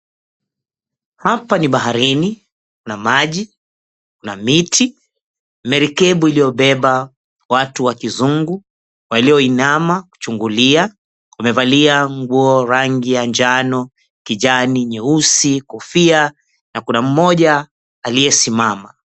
Hapa ni baharini, kuna maji, kuna miti, merikebu iliyobeba watu wa Kizungu walioinama kuchungulia. Wamevalia nguo rangi ya njano, kijani, nyeusi, kofia na kuna mmoja aliyesimama.